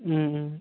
اۭں اۭں